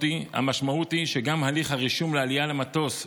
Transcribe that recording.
המשמעות היא שגם הליך הרישום לעלייה למטוס,